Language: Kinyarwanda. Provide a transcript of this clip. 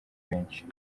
benshi